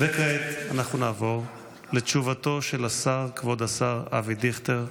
כעת אנחנו נעבור לתשובתו של כבוד השר אבי דיכטר.